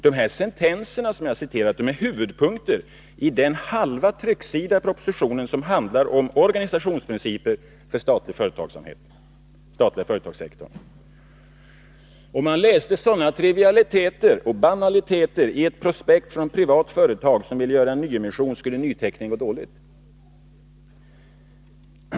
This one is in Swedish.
De sentenser som jag har citerat är huvudpunkter i den halva trycksida i propositionen som handlar om organisationsprinciper för den statliga företagssektorn. Om man läste sådana banaliteter i ett prospekt från ett privat företag som ville göra en nyemission skulle nyteckningen gå dåligt.